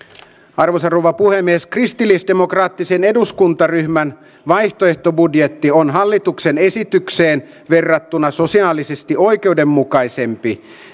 arvoisa rouva puhemies kristillisdemokraattisen eduskuntaryhmän vaihtoehtobudjetti on hallituksen esitykseen verrattuna sosiaalisesti oikeudenmukaisempi